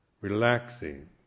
relaxing